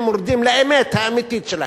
הם יורדים לאמת האמיתית שלהם: